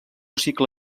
cicle